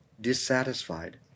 dissatisfied